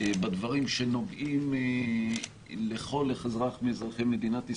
בדברים שנוגעים לכל אזרח מאזרחי מדינת ישראל,